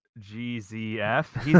GZF